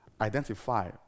identify